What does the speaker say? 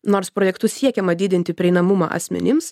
nors projektu siekiama didinti prieinamumą asmenims